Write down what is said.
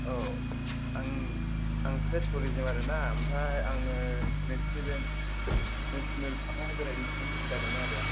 औ आं आं सासे थुरिस्टमोन आरोना ओमफ्राय आङो नोंसोरनि बे नेसनेल पार्कावहाय बेरायनो गोसो जादोंमोन आरो